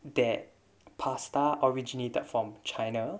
that pasta originated from china